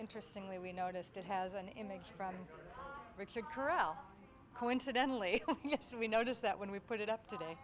interesting we noticed it has an image from richard chorale coincidentally we noticed that when we put it up today